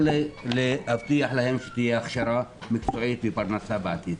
או להבטיח להם שתהיה הכשרה מקצועית ופרנסה בעתיד.